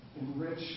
enrich